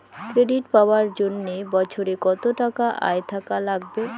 Credit পাবার জন্যে বছরে কত টাকা আয় থাকা লাগবে?